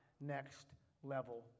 next-level